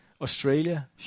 Australia